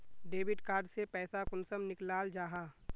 Debit card से पैसा कुंसम निकलाल जाहा?